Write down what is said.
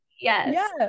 Yes